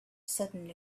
sudden